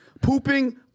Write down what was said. Pooping